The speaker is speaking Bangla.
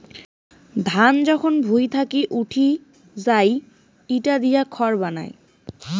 ধান যখন ভুঁই থাকি উঠি যাই ইটা দিয়ে খড় বানায়